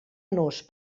nos